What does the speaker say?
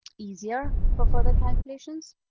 easier for further calculations.